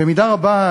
במידה רבה,